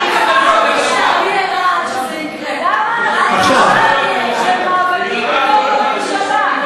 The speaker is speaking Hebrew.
אני ערה עד שזה יקרה, של מאבקים בתוך הממשלה,